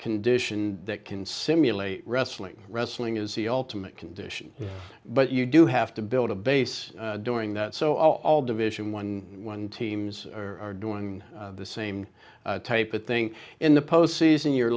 condition that can simulate wrestling wrestling is the ultimate condition but you do have to build a base doing that so all division one one teams are doing the same type of thing in the postseason you're